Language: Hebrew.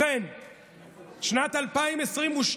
שנת 2022,